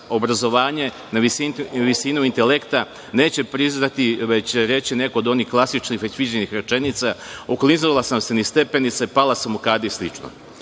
obrazovanje, na visinu intelekta, neće priznati, već će reći jednu od onih klasičnih već viđenih rečenica – okliznula sam se niz stepenice, pala sam u kadi i sl.